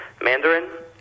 Mandarin